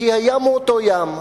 כי הים הוא אותו ים,